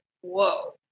whoa